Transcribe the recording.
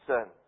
Son